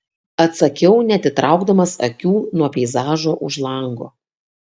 atsakiau neatitraukdamas akių nuo peizažo už lango